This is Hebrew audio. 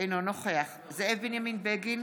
אינו נוכח זאב בנימין בגין,